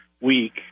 week